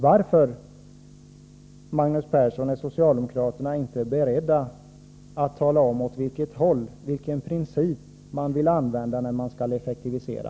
Varför, Magnus Persson, är socialdemokraterna inte beredda att tala om åt vilket håll de vill gå, vilken princip de vill använda för att effektivisera?